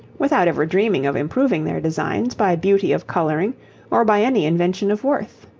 without ever dreaming of improving their designs by beauty of colouring or by any invention of worth.